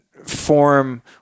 Form